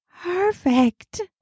perfect